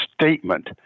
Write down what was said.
statement